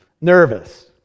nervous